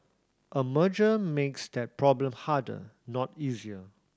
a merger makes that problem harder not easier